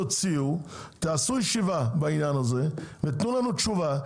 תעשו ישיבה בעניין הזה ותנו לנו תשובה,